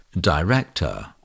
director